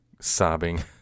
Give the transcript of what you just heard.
sobbing